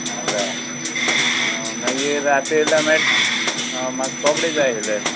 आ जाव मागीर रात येयल्या मेळटा म्हाका कपडे जाय आशिल्ले